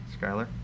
Skyler